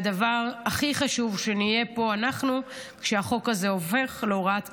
והדבר הכי חשוב הוא שנהיה פה אנחנו כשהחוק הזה הופך להוראת קבע,